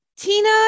Tina